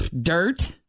Dirt